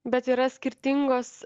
bet yra skirtingos